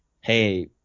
hey